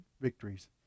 victories